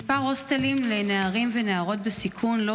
מספר הוסטלים לנערים ולנערות בסיכון לא